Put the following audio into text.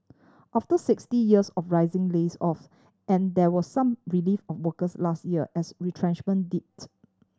after sixty years of rising layoffs and there was some relief of workers last year as retrenchment dipped